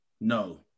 No